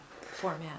format